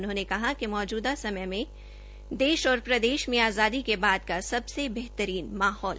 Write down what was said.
उन्होंने कहा कि मौजूदा समय में देश और प्रदेश में आजादी के बाद का सबसे बेहतरीन माहौल है